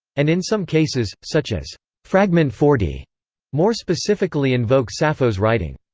and in some cases, such as fragment forty more specifically invoke sappho's writing.